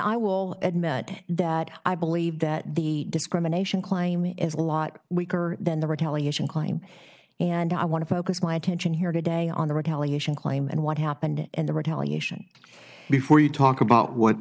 i will admit that i believe that the discrimination claim is a lot weaker than the retaliation claim and i want to focus my attention here today on the retaliation claim and what happened in the retaliation before you talk about what